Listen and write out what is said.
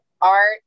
art